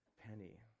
penny